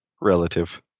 Relative